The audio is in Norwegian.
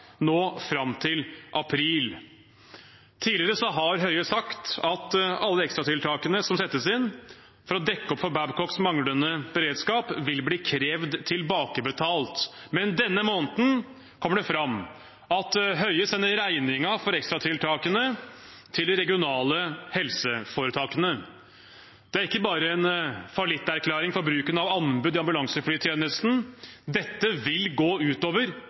nå og fram til april. Tidligere har Høie sagt at alle ekstratiltakene som settes inn for å dekke opp for Babcocks manglende beredskap, vil bli krevd tilbakebetalt, men denne måneden kommer det fram at Høie sender regningen for ekstratiltakene til de regionale helseforetakene. Det er ikke bare en fallitterklæring for bruken av anbud i ambulanseflytjenesten, dette vil gå